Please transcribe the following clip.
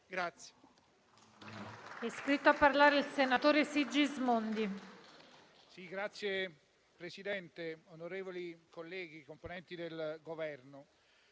Grazie,